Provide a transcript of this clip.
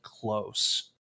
close